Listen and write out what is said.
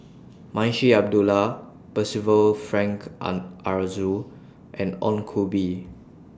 Munshi Abdullah Percival Frank Aroozoo and Ong Koh Bee